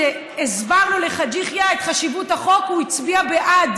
הסברנו לחאג' יחיא את חשיבות החוק הוא הצביע בעד.